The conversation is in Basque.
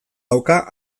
dauka